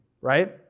right